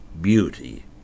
beauty